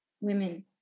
Women